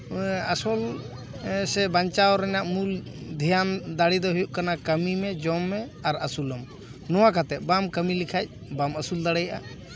ᱟᱥᱚᱞ ᱥᱮ ᱵᱟᱧᱪᱟᱣ ᱨᱮᱭᱟᱜ ᱢᱩᱞ ᱫᱷᱮᱭᱟᱱ ᱫᱟᱲᱮ ᱫᱚ ᱦᱩᱭᱩᱜ ᱠᱟᱱᱟ ᱠᱟᱹᱢᱤ ᱢᱮ ᱡᱚᱢ ᱢᱮ ᱟᱹᱥᱩᱞᱚᱜ ᱱᱚᱣᱟ ᱠᱟᱛᱮ ᱵᱟᱢ ᱠᱟᱹᱢᱤ ᱞᱮᱠᱷᱟᱡ ᱵᱟᱢ ᱟᱹᱥᱩᱞ ᱫᱟᱲᱮᱭᱟᱜᱼᱟ